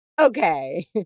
okay